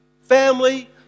family